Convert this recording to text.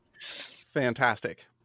Fantastic